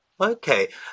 Okay